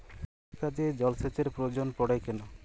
কৃষিকাজে জলসেচের প্রয়োজন পড়ে কেন?